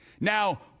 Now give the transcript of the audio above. Now